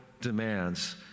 demands